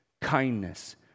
kindness